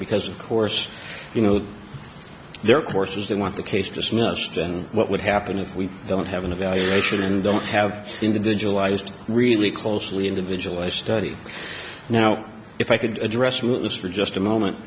because of course you know their course is they want the case dismissed and what would happen if we don't have an evaluation and don't have individualized really closely individualized study now if i could address with this for just a moment